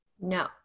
no